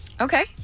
Okay